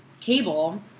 cable